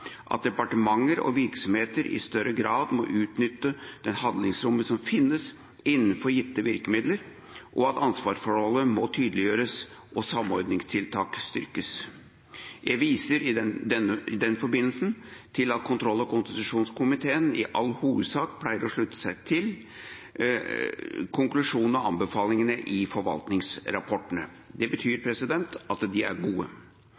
at departementer og virksomheter i større grad må utnytte det handlingsrommet som finnes innenfor gitte virkemidler, og at ansvarsforholdet må tydeliggjøres og samordningstiltakene styrkes. Jeg viser i den forbindelse til at kontroll- og konstitusjonskomiteen i all hovedsak pleier å slutte seg til konklusjonene og anbefalingene i forvaltningsrapportene. Det betyr at de er gode.